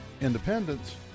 Independence